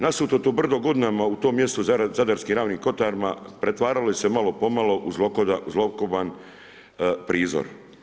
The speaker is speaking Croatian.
Nasuto to brdo godinama u tom mjestu zadarskim Ravnim kotarima pretvaralo se malo po malo u zlokoban prizor.